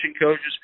coaches